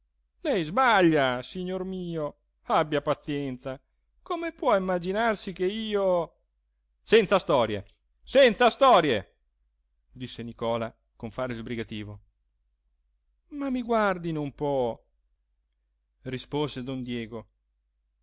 lei sbaglia signor mio abbia pazienza come può immaginarsi che io senza storie senza storie disse nicola con fare sbrigativo ma mi guardino un po rispose don diego